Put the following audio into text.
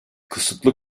kısıtlı